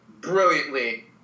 brilliantly